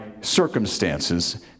circumstances